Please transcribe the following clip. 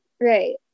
Right